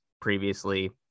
previously